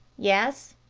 yes.